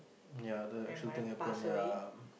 ya the actual thing happen ya